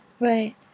Right